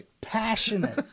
passionate